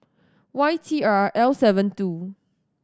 Y T R L seven two